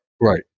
Right